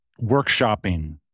workshopping